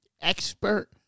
expert